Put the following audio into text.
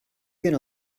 going